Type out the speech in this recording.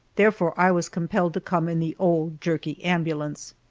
therefore i was compelled to come in the old, jerky ambulance.